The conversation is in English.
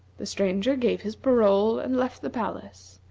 the stranger gave his parole and left the palace.